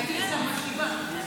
הייתי אצלם בשבעה.